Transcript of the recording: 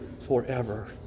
forever